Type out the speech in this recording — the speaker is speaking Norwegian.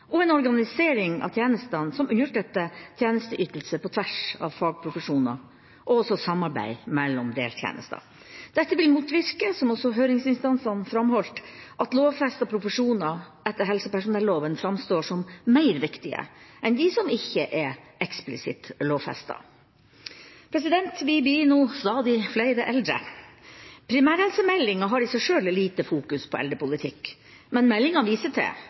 og en organisering av tjenestene som understøtter tjenesteytelse på tvers av fagprofesjoner og også samarbeid mellom deltjenester. Dette vil motvirke, som også høringsinstansene framholdt, at lovfestede profesjoner etter helsepersonelloven framstår som mer viktige enn de som ikke er eksplisitt lovfestet. Vi blir nå stadig flere eldre. Primærhelsemeldinga har i seg sjøl lite fokus på eldrepolitikk, men meldinga viser til